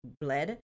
bled